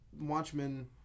Watchmen